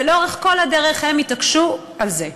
ולאורך כל הדרך הם התעקשו על זה.